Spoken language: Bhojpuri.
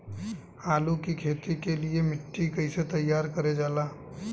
आलू की खेती के लिए मिट्टी कैसे तैयार करें जाला?